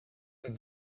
that